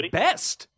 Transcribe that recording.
best